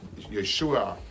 Yeshua